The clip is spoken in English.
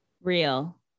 real